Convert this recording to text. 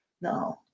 no